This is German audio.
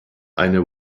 eine